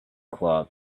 club